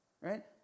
right